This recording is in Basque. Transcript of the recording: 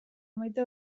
amaitu